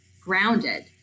grounded